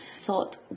thought